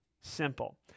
simple